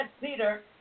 peter